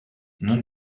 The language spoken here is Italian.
non